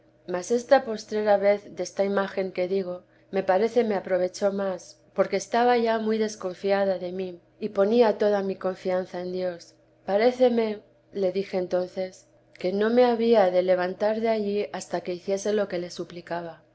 mas esta postrera vez desta imagen que digo me parece me aprovechó más porque estaba ya muy desconfiada de mí y ponía toda mi confianza en dios paréceme le dije entonces que no me había de levantar de teresa allí hasta que hiciese lo que le suplicaba